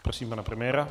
Prosím pana premiéra.